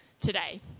today